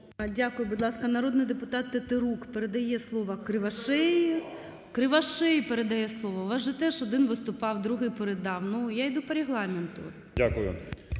Дякую. Будь ласка, народний депутат Тетерук передає слово Кривошеї… Кривошеї передає слово. У вас же теж один виступав, другий передав. Я йду по Регламенту.